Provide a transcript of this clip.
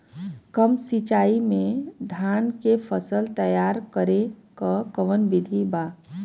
कम सिचाई में धान के फसल तैयार करे क कवन बिधि बा?